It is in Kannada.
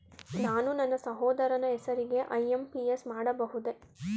ನಾನು ನನ್ನ ಸಹೋದರನ ಹೆಸರಿಗೆ ಐ.ಎಂ.ಪಿ.ಎಸ್ ಮಾಡಬಹುದೇ?